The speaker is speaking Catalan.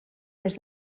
des